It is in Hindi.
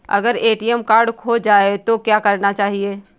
अगर ए.टी.एम कार्ड खो जाए तो क्या करना चाहिए?